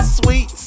sweet